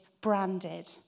branded